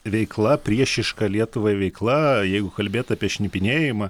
veikla priešiška lietuvai veikla jeigu kalbėt apie šnipinėjimą